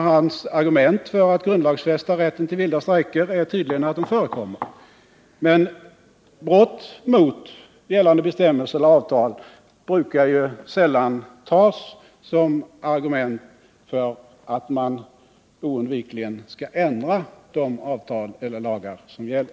Hans argument för att grundlagsfästa rätten till vilda strejker är tydligen att strejkerna förekommer. Men brott mot gällande bestämmelser och avtal brukar ju sällan tas som argument för att man oundvikligen skall ändra de avtal eller lagar som gäller.